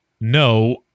No